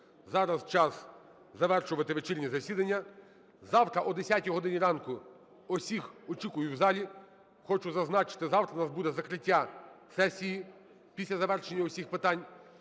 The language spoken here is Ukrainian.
Зараз час завершувати вечірнє засідання. Завтра, о 10 годині ранку, всіх очікую в залі. Хочу зазначити: завтра у нас буде закриття сесії після завершення всіх питань.